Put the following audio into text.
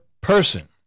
person